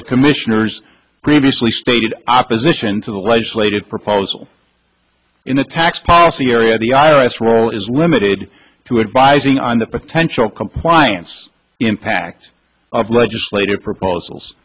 the commissioner's previously stated opposition to the legislative proposal in the tax policy area the i r s role is limited to advising on the potential compliance impact of legislative proposals